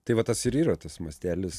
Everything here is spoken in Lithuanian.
tai va tas ir yra tas mastelis